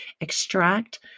extract